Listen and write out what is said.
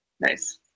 Nice